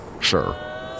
Sure